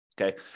Okay